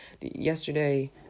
yesterday